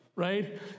Right